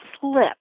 slip